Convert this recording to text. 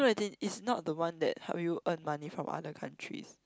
no as in it's not the one that help you earn money from other countries